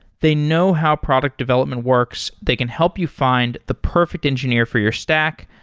they know how product development works. they can help you find the perfect engineer for your stack,